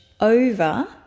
over